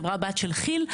חברת בת של "כיל",